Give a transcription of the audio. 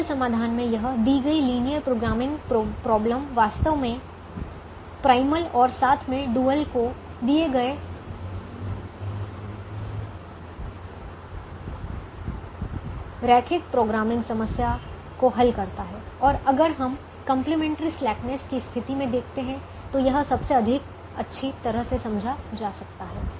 एकल समाधान में यह दी गई लिनियर प्रोग्रामिंग प्रोबलम वास्तव में प्राइमल और साथ में डुअल को दिए गए रैखिक प्रोग्रामिंग समस्या को हल करता है और अगर हम कंप्लीमेंट्री स्लैकनेस की स्थिति में देखते हैं तो यह सबसे अच्छी तरह से समझा जा सकता है